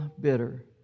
bitter